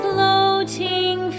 Floating